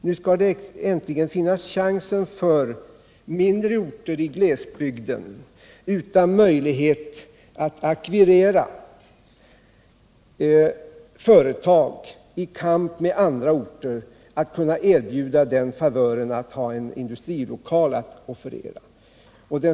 Nu skall det äntligen finnas en chans för mindre orter i glesbygden, utan möjlighet att ackvirera företag i kamp med andra orter, att erbjuda den favören att de har en industrilokal att offerera.